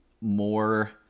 more